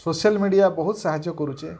social media ବହୁତ ସାହାଯ୍ୟ କରୁଛେ